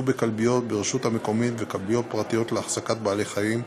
בכלביות ברשות המקומית וכלביות פרטיות להחזקת בעלי-חיים,